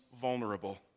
vulnerable